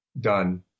done